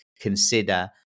consider